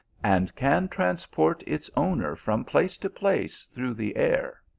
and can transport its owner from place to place through the air.